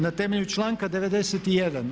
Na temelju članka 91.